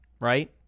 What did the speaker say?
right